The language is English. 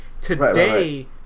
Today